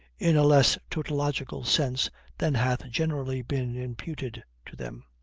in a less tautological sense than hath generally been imputed to them.